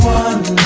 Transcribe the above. one